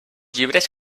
llibres